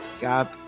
God